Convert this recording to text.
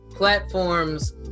Platforms